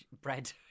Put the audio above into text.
bread